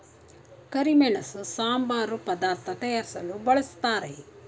ಕರಿಮೆಣಸು ಸಾಂಬಾರು ಪದಾರ್ಥ ತಯಾರಿಸಲು ಬಳ್ಸತ್ತರೆ